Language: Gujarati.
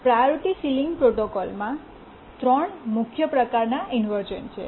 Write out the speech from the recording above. પ્રાયોરિટી સીલીંગ પ્રોટોકોલમાં 3 મુખ્ય પ્રકારનાં ઇન્વર્શ઼ન છે